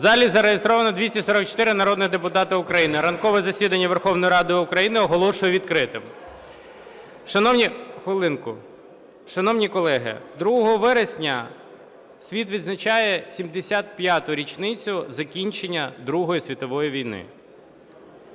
В залі зареєстровано 244 народних депутата України. Ранкове засідання Верховної Ради України оголошую відкритим. Шановні… Хвилинку. Шановні колеги, 2 вересня світ відзначає 75-у річницю закінчення Другої світової війни.